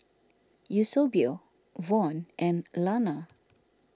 Eusebio Von and Lana